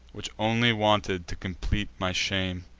which only wanted, to complete my shame?